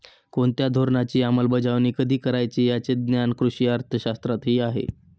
कोणत्या धोरणाची अंमलबजावणी कधी करायची याचे ज्ञान कृषी अर्थशास्त्रातही आहे